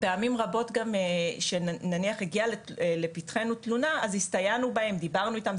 רבות גם שנגיד הגיעה לפתחינו תלונה אז הסתייענו בהם ודיברנו איתם,